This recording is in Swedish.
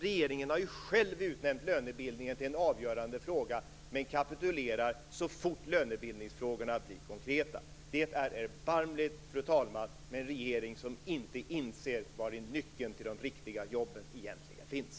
Regeringen har ju själv utnämnt lönebildningen till en avgörande fråga, men kapitulerar så fort lönebildningsfrågorna blir konkreta. Fru talman! Det är erbarmligt med en regering som inte inser var nyckeln till de riktigt jobben egentligen finns.